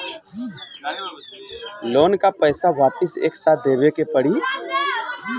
Loan का पईसा वापिस एक साथ देबेके पड़ी?